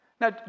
Now